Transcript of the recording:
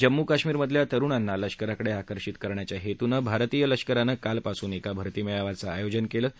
जम्मू काश्मीर मधल्या तरुणांना लष्कराकडे आकर्षितकरण्याच्या हेतूनं भारतीय लष्करानं कालपासून एका भरती मेळाव्याचं आयोजन केलं आहे